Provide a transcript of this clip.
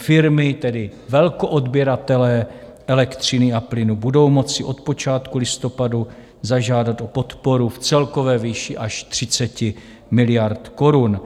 Firmy, tedy velkoodběratelé elektřiny a plynu, budou moci od počátku listopadu zažádat o podporu v celkové výši až 30 miliard korun.